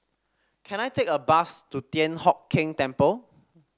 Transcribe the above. can I take a bus to Thian Hock Keng Temple